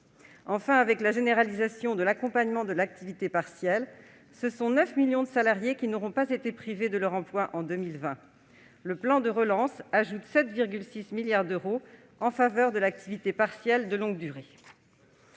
Enfin, avec la généralisation de l'accompagnement de l'activité partielle, ce sont 9 millions de salariés qui n'auront pas été privés de leur emploi en 2020. Le plan de relance ajoute 7,6 milliards d'euros en faveur de l'activité partielle de longue durée.